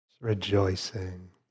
Rejoicing